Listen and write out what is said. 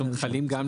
ההבחנה היא בין